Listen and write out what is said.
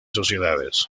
sociedades